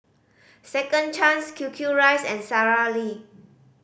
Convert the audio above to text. Second Chance Q Q Rice and Sara Lee